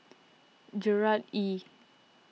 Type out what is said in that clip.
Gerard Ee